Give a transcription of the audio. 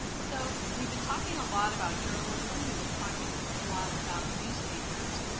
so we've been talking a lot about journalism. we've been talking a lot about newspapers.